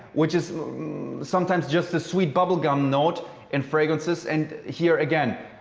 which is sometimes just a sweet bubblegum note and fragrances and here again.